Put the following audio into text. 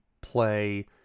play